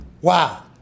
Wow